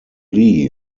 lee